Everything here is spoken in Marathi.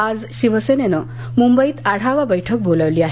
आज शिवसेनेनं मुंबईत आढावा बैठक बोलावली आहे